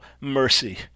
mercy